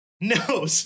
No